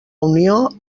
unió